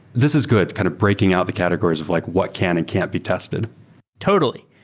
this is good, kind of breaking out the categories of like what can and can't be tested totally.